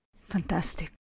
Fantastic